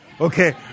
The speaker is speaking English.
Okay